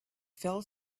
fell